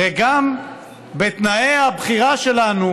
הרי גם בתנאי הבחירה שלנו,